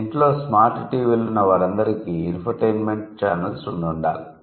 ఇంట్లో స్మార్ట్ టీవీలున్నవారందరికీ infotainment channels ఉండుండాలి